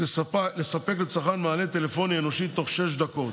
לספק לצרכן מענה טלפוני אנושי תוך שש דקות,